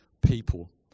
people